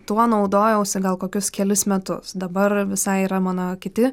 tuo naudojausi gal kokius kelis metus dabar visai yra mano kiti